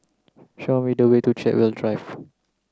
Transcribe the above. show me the way to Chartwell Drive